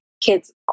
kids